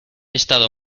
estado